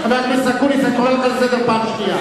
אני קורא אותך לסדר פעם שנייה.